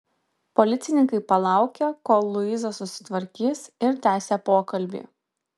policininkai palaukė kol luiza susitvarkys ir tęsė pokalbį